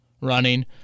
running